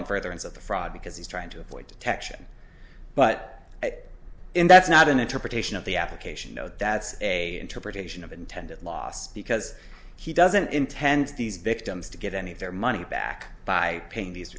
in furtherance of the fraud because he's trying to avoid detection but in that's not an interpretation of the application note that's a interpretation of intended loss because he doesn't intend these victims to get any of their money back by paying these